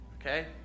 Okay